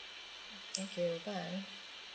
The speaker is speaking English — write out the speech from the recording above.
thank you bye